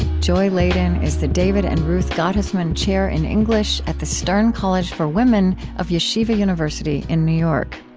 joy ladin is the david and ruth gottesman chair in english at the stern college for women of yeshiva university in new york.